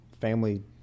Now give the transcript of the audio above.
family